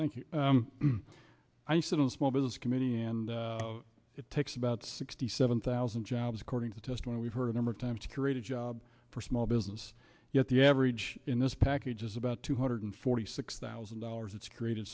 thank you i sit in a small business committee and it takes about sixty seven thousand jobs according to testimony we've heard a number of times to create a job for small business yet the average in this package is about two hundred forty six thousand dollars it's created